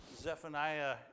Zephaniah